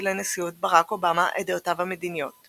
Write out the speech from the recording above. לנשיאות ברק אובמה את דעותיו המדיניות,